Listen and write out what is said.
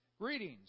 Greetings